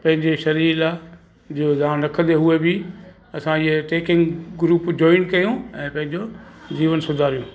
पंहिंजे शरीर लाइ जो ध्यानु रखंदे हीअ बि असां हीअ ट्रेकिंग ग्रुप जॉइन कयूं ऐं पंहिंजो जीवन सुधारियूं